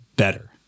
Better